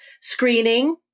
screening